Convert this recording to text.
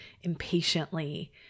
impatiently